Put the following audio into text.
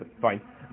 fine